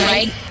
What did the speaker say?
Right